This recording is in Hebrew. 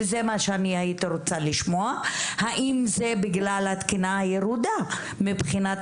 וזה מה שהייתי רוצה לשמוע - האם זה בגלל התקינה הירודה מבחינת